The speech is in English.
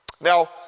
Now